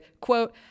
quote